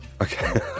okay